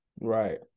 right